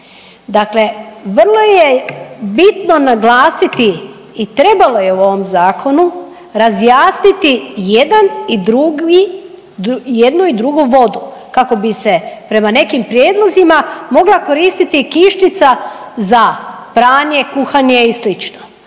Dakle, vrlo je bitno naglasiti i trebalo je u ovom Zakonu razjasniti jedan i drugi, jednu i drugu vodu kako bi se prema nekim prijedlozima mogla koristiti i kišnica za pranje, kuhanje i